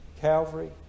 Calvary